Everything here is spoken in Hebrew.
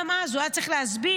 גם אז הוא היה צריך להסביר,